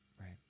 right